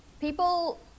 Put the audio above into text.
people